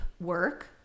work